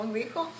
dijo